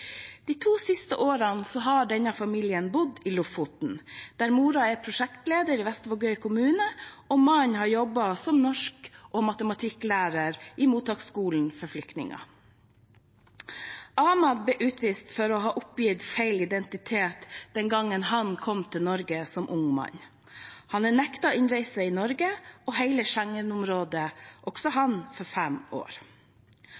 De to siste årene har denne familien bodd i Lofoten, der moren er prosjektleder i Vestvågøy kommune, og mannen har jobbet som norsk- og matematikklærer i mottaksskolen for flyktninger. Ahmad ble utvist for å ha oppgitt feil identitet den gangen han kom til Norge som ung mann. Han er nektet innreise i Norge og hele Schengen-området, også han i fem år. Ahmad og familien har